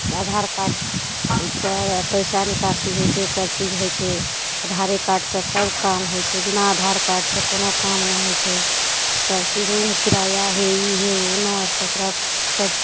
आधार कार्ड ओहिसे पइसा निकासी होइ छै सबचीज होइ छै आधारे कार्डसे सब काम होइ छै बिना आधार कार्डसे कोनो काम नहि होइ छै सबचीज रूम किराआ हे ई हे ओ नओ सतरह सबचीज